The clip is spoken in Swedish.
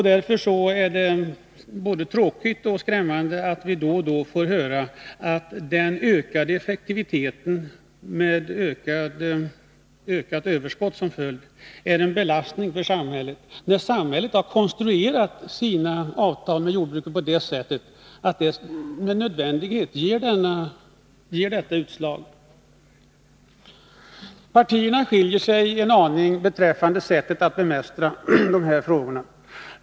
Därför är det både tråkigt och skrämmande att vi då och då får höra att den ökade effektiviteten med ökat överskott som följd är en belastning för samhället. Samhället har ju konstruerat sina avtal med jordbruket på ett sådant sätt att de med nödvändighet ger detta utslag. : Partierna skiljer sig en aning beträffande sättet att bemästra det här problemet.